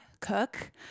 cook